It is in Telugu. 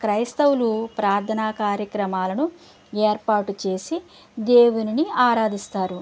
క్రైస్తవులు ప్రార్థనా కార్యక్రమాలను ఏర్పాటు చేసి దేవుణ్ని ఆరాధిస్తారు